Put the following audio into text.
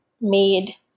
made